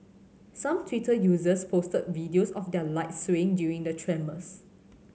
some Twitter users posted videos of their lights swaying during the tremors